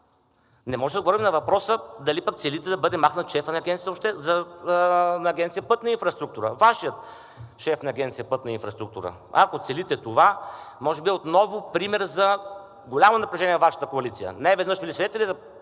Не можем да отговорим на въпроса. Дали пък целите да бъде махнат шефът на Агенция „Пътна инфраструктура“, Вашият шеф на Агенция „Пътна инфраструктура“? Ако целите това, може би отново е пример за голямо напрежение във Вашата коалиция. Неведнъж сме били свидетели на